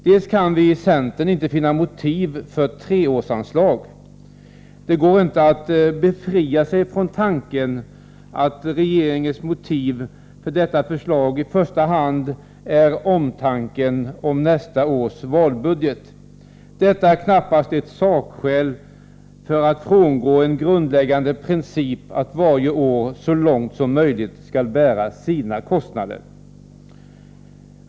Vi kan i centern inte finna motiv för treårsanslag. Det går inte att befria sig från tanken att regeringens motiv för detta förslag i första hand är omtanke om nästa års valbudget. Detta är knappast ett sakskäl för att frångå en grundläggande princip att varje år, så långt som möjligt, skall bära sina kostnader.